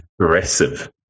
aggressive